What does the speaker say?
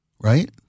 right